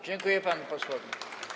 Dziękuję panu posłowi.